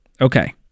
Okay